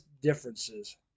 differences